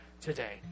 today